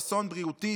הוא אסון בריאותי,